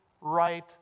right